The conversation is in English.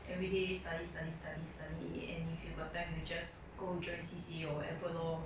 everyday study study study study and if you got time you just go join C_C_A or whatever lor